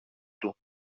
του